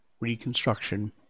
reconstruction